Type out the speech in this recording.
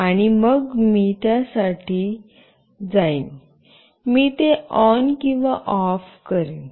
आणि मग फक्त मी त्यासाठी जाईन मी ते ऑन किंवा ऑफ करीन